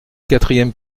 quatrième